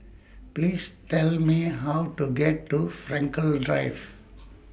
Please Tell Me How to get to Frankel Drive